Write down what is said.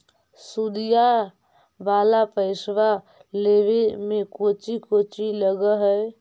सुदिया वाला पैसबा लेबे में कोची कोची लगहय?